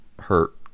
hurt